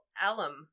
alum